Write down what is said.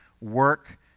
work